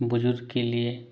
बुज़ुर्ग के लिए